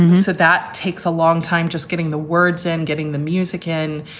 and so that takes a long time just getting the words and getting the music in,